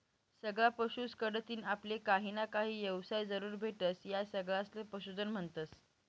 सगळा पशुस कढतीन आपले काहीना काही येवसाय जरूर भेटस, या सगळासले पशुधन म्हन्तस